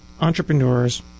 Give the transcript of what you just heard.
entrepreneurs